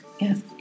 yes